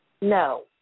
No